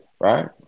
right